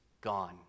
gone